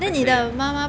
还可以啊